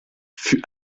fut